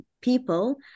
people